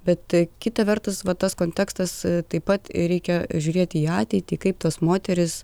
bet kita vertus va tas kontekstas taip pat reikia žiūrėti į ateitį kaip tos moterys